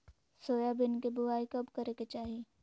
Soybean के बुआई कब करे के चाहि?